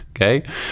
Okay